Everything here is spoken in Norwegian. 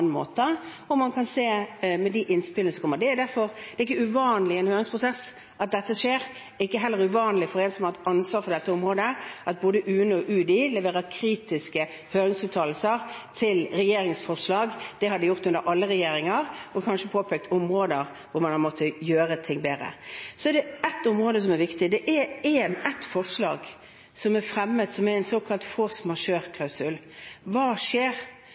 kan man se ut ifra de innspillene som er kommet. Det er ikke uvanlig at dette skjer i en høringsprosess. Det er heller ikke uvanlig, for en som har hatt ansvaret på dette området, at både UNE og UDI leverer kritiske høringsuttalelser til regjeringens forslag – det har de gjort under alle regjeringer – og kanskje påpekt områder hvor man har måttet gjøre ting bedre. Det er ett område som er viktig: Det er et forslag som er fremmet, som er en såkalt force majeure-klausul. Hva skjer